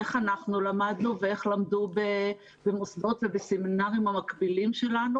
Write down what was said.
איך אנחנו למדנו ואיך למדו במוסדות ובסמינרים המקבילים לנו.